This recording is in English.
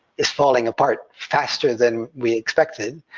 it's falling apart faster than we expected,